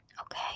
okay